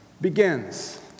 begins